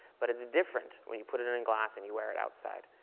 but it's different when you put it it in glass and you wear it outside.